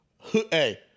hey